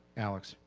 alex,